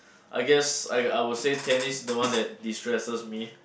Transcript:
I guess I I would say tennis the one that destresses me